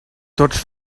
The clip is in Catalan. tots